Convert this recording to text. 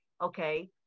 okay